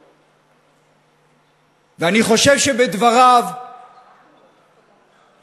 אבל הדבר הנורא